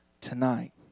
tonight